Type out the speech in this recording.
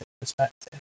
perspective